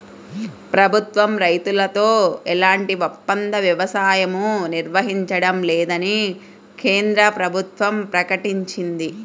ప్రభుత్వం రైతులతో ఎలాంటి ఒప్పంద వ్యవసాయమూ నిర్వహించడం లేదని కేంద్ర ప్రభుత్వం ప్రకటించింది